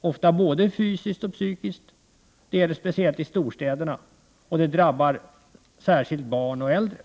ofta i både fysiskt och psykiskt avseende. Detta gäller framför allt i storstäderna, och det drabbar särskilt barn och äldre.